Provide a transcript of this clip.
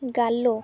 ଗାଲେ